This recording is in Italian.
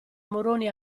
moroni